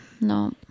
No